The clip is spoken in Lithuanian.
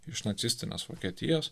iš nacistinės vokietijos